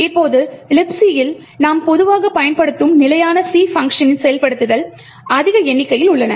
இப்போது Libc யில் நாம் பொதுவாக பயன்படுத்தும் நிலையான C பங்க்ஷனின் செயல்படுத்தல் அதிக எண்ணிக்கையில் உள்ளன